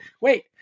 wait